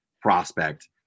prospect